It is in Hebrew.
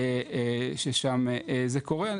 ששם זה קורה.